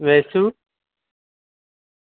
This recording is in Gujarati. વેસુ